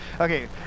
Okay